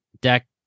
Deck